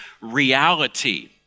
reality